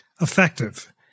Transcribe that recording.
effective